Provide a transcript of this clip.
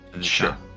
sure